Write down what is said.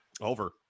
over